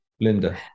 linda